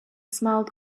smiled